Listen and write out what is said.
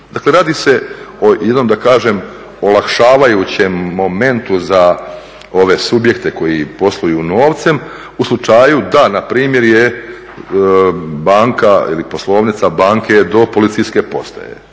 Dakle radi se o jednom olakšavajućem momentu za ove subjekte koji posluju novcem, u slučaju da npr. je banka ili poslovnica banke do policijske postaje